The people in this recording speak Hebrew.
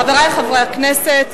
חברי חברי הכנסת,